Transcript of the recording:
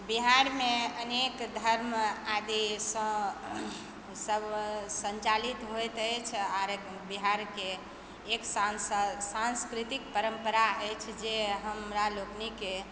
बिहारमे अनेक धर्म आदिसँ सब सञ्चालित होइत अछि आओर बिहारके एक सांस्कृतिक परम्परा अछि जे हमरा लोकनिके